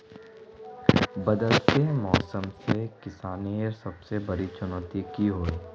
बदलते मौसम से किसानेर सबसे बड़ी चुनौती की होय?